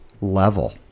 level